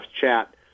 chat